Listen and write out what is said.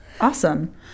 awesome